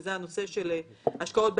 וזה הנושא של השקעות באג"ח,